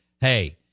hey